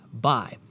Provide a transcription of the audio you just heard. bye